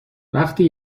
وقتی